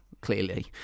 clearly